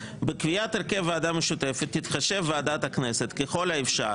בקביעת הרכב ועדה משותפת תתחשב ועדת הכנסת ככל האפשר